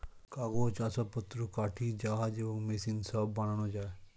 কাগজ, আসবাবপত্র, কাঠি, জাহাজ এবং মেশিন সব বানানো যায়